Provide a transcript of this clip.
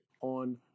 on